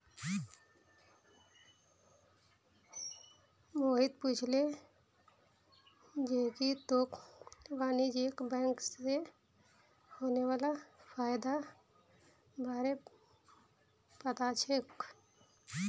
मोहित पूछले जे की तोक वाणिज्यिक बैंक स होने वाला फयदार बार पता छोक